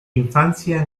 infancia